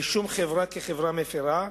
רישום חברה כחברה מפירה,